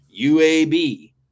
UAB